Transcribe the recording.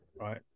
right